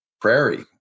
prairie